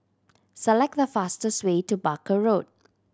select the fastest way to Barker Road